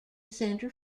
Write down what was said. center